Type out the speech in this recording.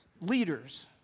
leaders